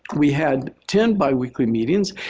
we had ten biweekly meetings,